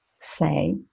say